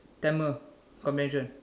Tamil comprehension